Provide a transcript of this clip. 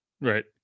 right